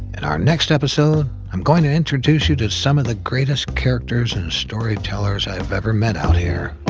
and our next episode, i'm going to introduce you to some of the greatest characters and storytellers i've ever met out here.